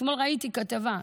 אתמול ראיתי כתבה,